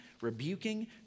rebuking